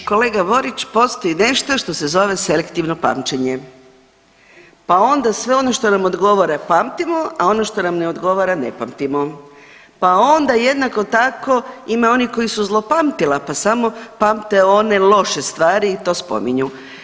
E kolega Borić, postoji nešto što se zove selektivno pamćenje, pa onda sve ono što nam odgovara pamtimo, a ono što nam ne odgovara ne pamtimo, pa onda jednako tako ima onih koji su zlopamtila pa samo pamte one loše stvari i to spominju.